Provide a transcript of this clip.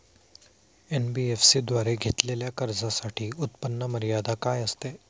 NBFC द्वारे घेतलेल्या कर्जासाठी उत्पन्न मर्यादा काय असते?